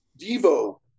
Devo